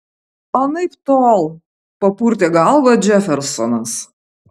anaiptol papurtė galvą džefersonas